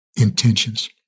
intentions